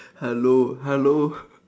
hello hello